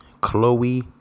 Chloe